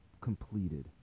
completed